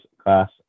class